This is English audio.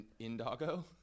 Indago